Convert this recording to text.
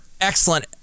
excellent